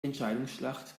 entscheidungsschlacht